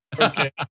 Okay